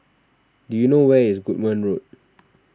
do you know where is Goodman Road